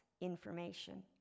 information